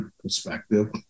perspective